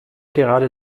gerade